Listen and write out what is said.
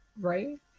Right